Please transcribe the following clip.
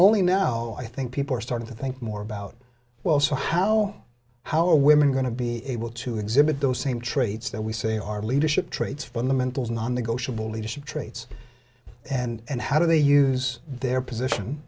only now i think people are starting to think more about well so how how are women going to be able to exhibit those same traits that we say are leadership traits fundamentals non negotiable leadership traits and how do they use their position